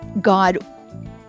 God